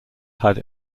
had